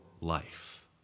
life